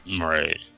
Right